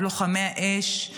לוחמי האש,